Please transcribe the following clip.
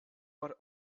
our